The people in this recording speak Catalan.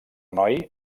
noi